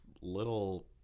little